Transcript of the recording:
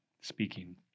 speaking